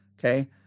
Okay